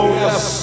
yes